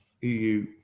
eu